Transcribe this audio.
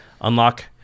unlock